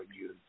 use